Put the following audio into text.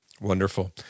Wonderful